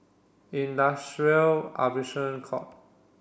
Industrial Arbitration Court